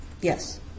Yes